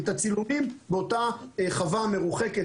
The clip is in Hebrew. את הצילומים באותה חווה מרוחקת